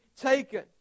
taken